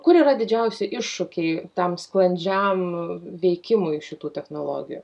kur yra didžiausi iššūkiai tam sklandžiam veikimui šitų technologijų